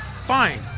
fine